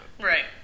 right